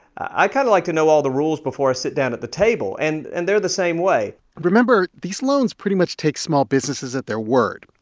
i kind of like to know all the rules before i sit down at the table, and and they're the same way remember these loans pretty much take small businesses at their word.